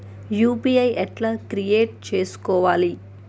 UPI ఎట్లా create చేసుకోవాలి?